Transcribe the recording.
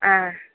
ஆ